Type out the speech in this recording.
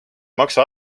maksa